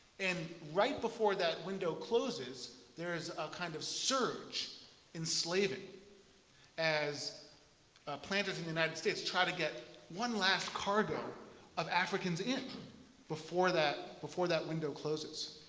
and right before that window closes, there is a kind of surge in slaving as planters in united states try to get one last cargo of africans in before that before that window closes.